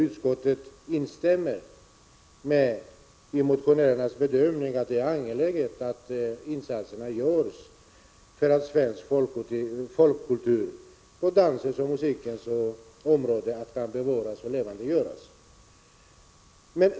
Utskottet instämmer ju i motionärernas bedömning att det är angeläget att insatser görs för att svensk folkkultur på dansens och musikens område kan bevaras och utvecklas.